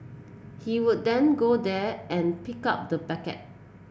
he would then go there and pick up the packet